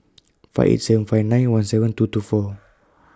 five eight seven five nine one seven two two four